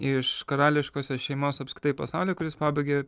iš karališkosios šeimos apskritai pasaulyje kuris pabaigė